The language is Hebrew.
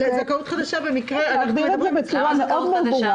צריך להגדיר את זה בצורה ברורה מאוד,